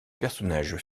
personnage